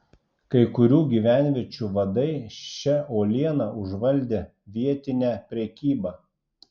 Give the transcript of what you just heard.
kai kurių gyvenviečių vadai šia uoliena užvaldė vietinę prekybą